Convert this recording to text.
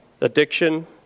addiction